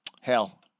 Hell